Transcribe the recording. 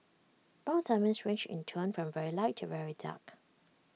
brown diamonds range in tone from very light to very dark